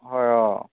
হয় অঁ